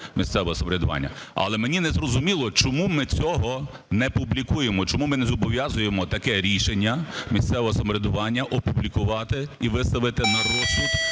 місцеве самоврядування. Але мені не зрозуміло, чому ми цього не публікуємо, чому ми не зобов'язуємо таке рішення місцевого самоврядування опублікувати і виставити на розсуд